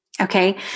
Okay